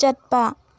ꯆꯠꯄ